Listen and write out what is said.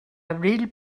abril